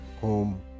home